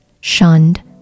shunned